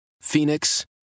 Phoenix